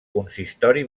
consistori